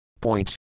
Point